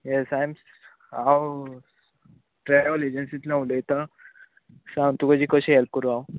हे I am हांव travel एजन्सीतल्यान उलयतां सांग तुजी कशी हेल्प करू हांव